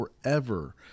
forever